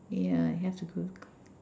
yeah I have to